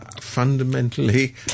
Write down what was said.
fundamentally